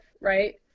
right